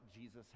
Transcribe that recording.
Jesus